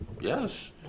Yes